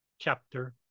Chapter